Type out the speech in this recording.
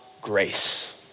grace